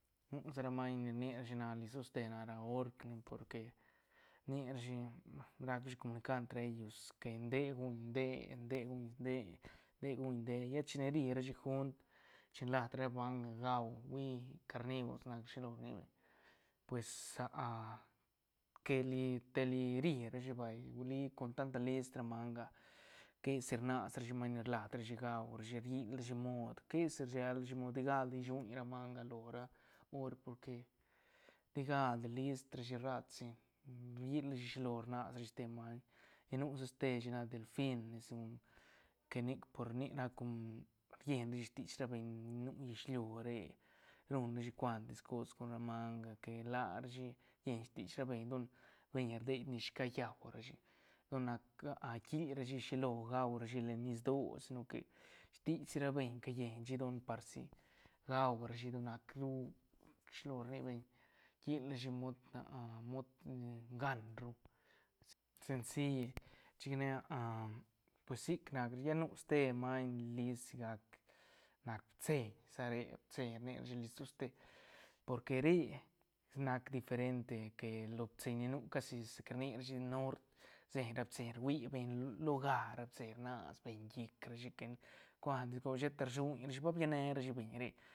Nu sa ra maiñ ni rni rashi nac list toste nac ra ork ne porque rni rashi rac rashi comunicar entre ellos que nde guñ nde- den guñ nde- nde guñ nde lla chine ri rashi gunt chin lat ra manga gau hui carniboros nac rashi shilo rni beñ pues que li te li ri rashi vay uili con tanta list ra manga quesi rnas rashi maiñ ni rlas rashi gau rashi riil rashi mood que si rllel rashi mod digaldi shuñ ra manga lo ra ork porque ti galdi list rashi ratsi riil rashi shilo rnas rashi ste maiñ lla nu sa ste shi la delfin segun que nic por nic ra com rllen rashi stich ra beñ ni nu llislui re ruñ rashi cuentis cos con ra manga que rla rashi llen stich ra beñ don beñ rdie shi callau rashi don nac rquil rashi shilo gau rashi len nis doo si no que stich ri ra beñ ca llenshi don par si gaurashi don nac ru shilo rni beñ quil rashi mood mood ngan ru sen- senci chic pues sic nac rashi lla nu ste maiñ list sigac nac pitseiñ sa re pitseiñ rni rashi list toste porque re nac diferente que lo pitseiñ ni nu casi sa ca ni rashi nort rseñ ra pitseiñ rui beñ rseñ ra pitseiñ lo ga ra pitseiñ rnas beñ llic rashi que cuantis cos que sheta rsuñrashi ba biane rashi beñ re